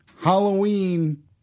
Halloween